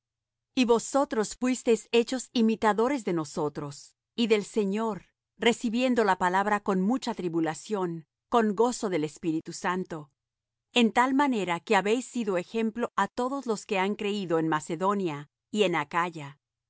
y vosotros fuisteis hechos imitadores de nosotros y del señor recibiendo la palabra con mucha tribulación con gozo del espíritu santo en tal manera que habéis sido ejemplo á todos los que han creído en macedonia y en acaya